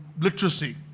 literacy